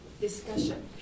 discussion